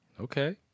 Okay